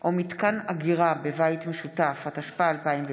או מתקן אגירה בבית משותף), התשפ"א 2020,